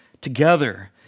together